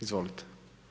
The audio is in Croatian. Izvolite.